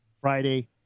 Friday